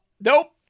Nope